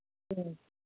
ꯎꯝ